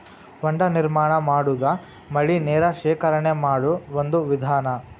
ಹೊಂಡಾ ನಿರ್ಮಾಣಾ ಮಾಡುದು ಮಳಿ ನೇರ ಶೇಖರಣೆ ಮಾಡು ಒಂದ ವಿಧಾನಾ